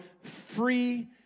free